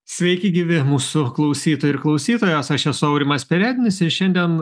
sveiki gyvi mūsų klausytojai ir klausytojos aš esu aurimas perednis ir šiandien